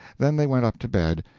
then they went up to bed,